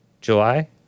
July